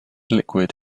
liquid